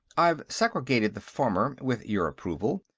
i've segregated the former with your approval,